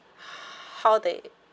how they